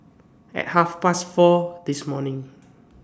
At Half Past four This morning